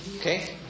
Okay